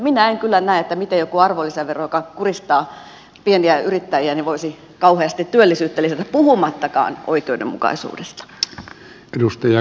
minä en kyllä näe miten joku arvonlisävero joka kuristaa pieniä yrittäjiä voisi kauheasti työllisyyttä lisätä puhumattakaan oikeudenmukaisuudesta